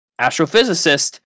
astrophysicist